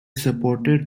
supported